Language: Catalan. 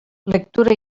lectura